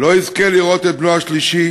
לא יזכה לראות את בנו השלישי